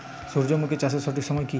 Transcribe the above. সূর্যমুখী চাষের সঠিক সময় কি?